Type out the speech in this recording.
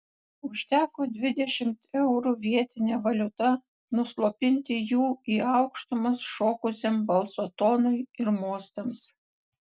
užteko dvidešimt eurų vietine valiuta nuslopinti jų į aukštumas šokusiam balso tonui ir mostams